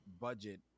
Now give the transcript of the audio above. budget